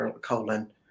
colon